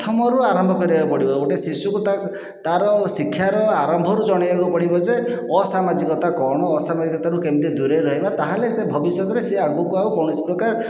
ପ୍ରଥମରୁ ଆରମ୍ଭ କରିବାକୁ ପଡ଼ିବ ଗୋଟିଏ ଶିଶୁକୁ ତାକୁ ତା'ର ଶିକ୍ଷାର ଆରମ୍ଭରୁ ଜଣାଇବାକୁ ପଡ଼ିବ ଯେ ଅସାମାଜିକତା କ'ଣ ଅସାମାଜିକତାରୁ କେମିତି ଦୂରେଇ ରହିବା ତା'ହେଲେ ଭବିଷ୍ୟତରେ ସିଏ ଆଗକୁ ଆଉ କୌଣସି ପ୍ରକାର